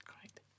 Great